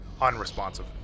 unresponsive